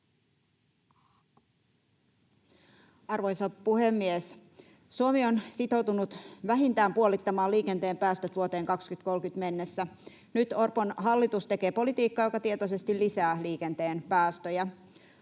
Arvoisa puhemies! Suomi on sitoutunut vähintään puolittamaan liikenteen päästöt vuoteen 2030 mennessä. Nyt Orpon hallitus tekee politiikkaa, joka tietoisesti lisää liikenteen päästöjä.